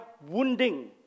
wounding